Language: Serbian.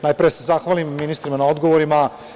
Najpre da se zahvalim ministrima na odgovorima.